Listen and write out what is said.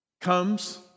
comes